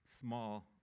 small